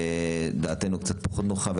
ודעתנו קצת פחות נוחה.